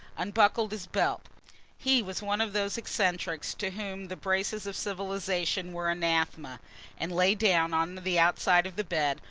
unbuckled his belt he was one of those eccentrics to whom the braces of civilisation were anathema and lay down on the outside of the bed,